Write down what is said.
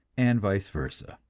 and vice versa.